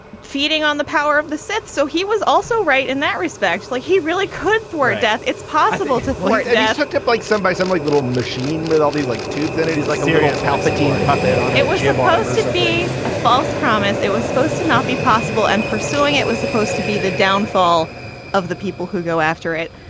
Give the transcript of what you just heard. feeding on the power of the set. so he was also right in that respect, like he really could thwart death it's possible to thwart yeah hooked up like some by some like little machine with all these like tubes. and it is like a lever against alpha teen. pop it on it was your balls to be a false promise. it was supposed to not be possible. and pursuing it was supposed to be the downfall of the people who go after it.